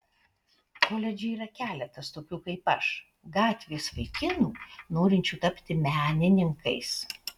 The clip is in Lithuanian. koledže yra keletas tokių kaip aš gatvės vaikinų norinčių tapti menininkais